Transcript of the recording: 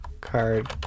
card